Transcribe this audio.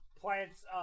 plants